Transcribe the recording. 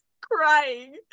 crying